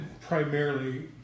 primarily